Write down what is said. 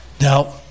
Now